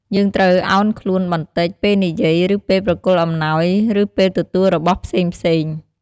យើងត្រូវឱនខ្លួនបន្តិច ពេលនិយាយ ឬពេលប្រគល់អំណោយ ឬពេលទទួលរបស់ផ្សេងៗ។